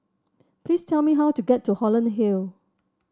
please tell me how to get to Holland Hill